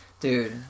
Dude